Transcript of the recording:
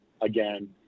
again